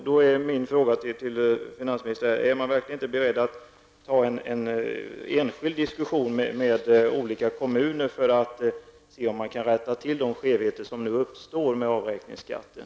Då är min fråga till finansministern: Är man verkligen inte beredd att ta upp en enskild diskussion med olika kommuner för att se om man kan rätta till de skevheter som nu uppstår med avräkningsskatten?